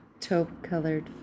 Taupe-colored